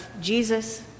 Jesus